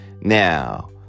now